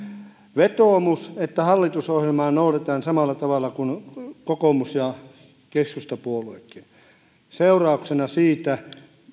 vetoomuksen että hallitusohjelmaa noudatetaan samalla tavalla kuin kokoomus ja keskustapuoluekin seurauksena siitä